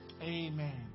Amen